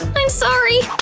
i'm sorry.